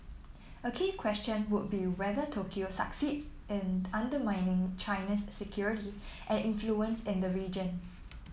a key question would be whether Tokyo succeeds in undermining China's security and influence in the region